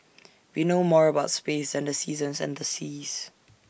we know more about space than the seasons and the seas